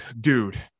dude